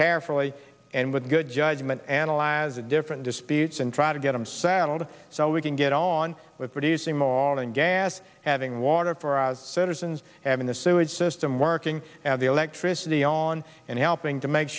carefully and with good judgment analyze the different disputes and try to get him settled so we can get on with producing oil and gas having water for our citizens having the sewage system working the electricity on and helping to make